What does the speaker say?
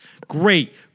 Great